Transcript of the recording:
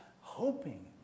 hoping